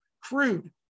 crude